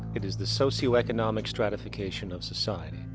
it is the socioeconomic stratification of society.